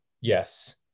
Yes